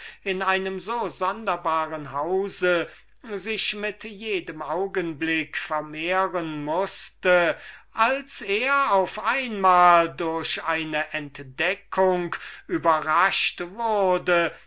in einem so sonderbaren hause zubrachte sich mit jedem augenblick vermehren mußte als er auf einmal und ohne daß ihn die mindeste innerliche ahnung dazu vorbereitet hätte durch eine entdeckung überrascht wurde